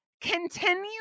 Continue